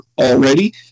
already